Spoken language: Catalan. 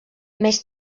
més